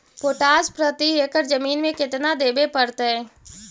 Potash प्रति एकड़ जमीन में केतना देबे पड़तै?